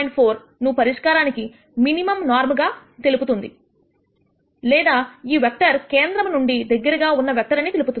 4 ను పరిష్కారానికి minimum norm గా తెలుపుతుంది లేదా ఈ వెక్టర్ కేంద్రము నుండి దగ్గరగా ఉన్న వెక్టర్ అని తెలుపుతుంది